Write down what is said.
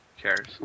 cares